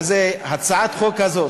הצעת החוק הזאת,